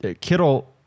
Kittle